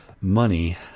money